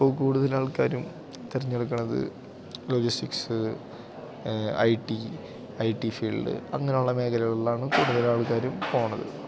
ഇപ്പോള് കൂടുതൽ ആൾക്കാരും തെരഞ്ഞെടുക്കുന്നത് logistics I T I T field അങ്ങനെയുള്ള മേഖലകളിലാണു കൂടുതൽ ആൾക്കാരും പോകുന്നത്